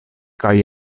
kaj